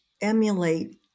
emulate